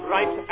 Right